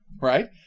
Right